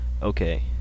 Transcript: okay